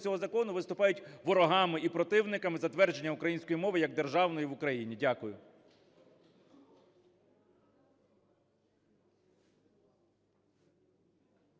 цього закону, виступають ворогами і противниками затвердження української мови як державної в Україні. Дякую.